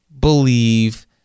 believe